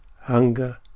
hunger